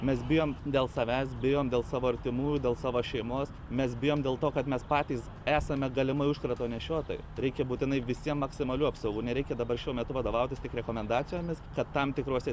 mes bijom dėl savęs bijom dėl savo artimųjų dėl savo šeimos mes bijom dėl to kad mes patys esame galimai užkrato nešiotojai reikia būtinai visiem maksimalių apsaugų nereikia dabar šiuo metu vadovautis tik rekomendacijomis kad tam tikruose